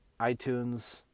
itunes